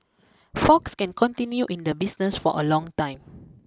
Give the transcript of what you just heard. Fox can continue in the business for a long time